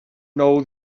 know